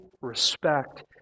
respect